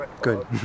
good